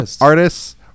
Artists